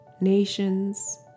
nations